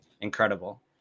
incredible